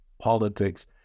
politics